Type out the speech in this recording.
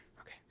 okay